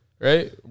right